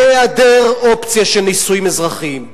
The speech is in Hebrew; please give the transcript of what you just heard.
בהיעדר אופציה של נישואים אזרחיים,